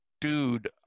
dude